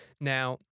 Now